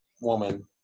woman